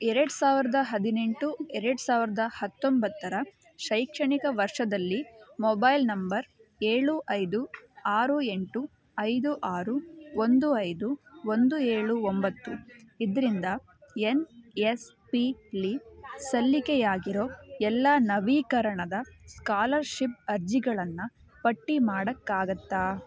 ಎರಡು ಸಾವಿರದ ಹದಿನೆಂಟು ಎರಡು ಸಾವಿರದ ಹತ್ತೊಂಬತ್ತರ ಶೈಕ್ಷಣಿಕ ವರ್ಷದಲ್ಲಿ ಮೊಬೈಲ್ ನಂಬರ್ ಏಳು ಐದು ಆರು ಎಂಟು ಐದು ಆರು ಒಂದು ಐದು ಒಂದು ಏಳು ಒಂಬತ್ತು ಇದರಿಂದ ಎನ್ ಎಸ್ ಪಿಲಿ ಸಲ್ಲಿಕೆಯಾಗಿರೋ ಎಲ್ಲ ನವೀಕರಣದ ಸ್ಕಾಲರ್ಷಿಪ್ ಅರ್ಜಿಗಳನ್ನು ಪಟ್ಟಿ ಮಾಡೋಕ್ಕಾಗತ್ತಾ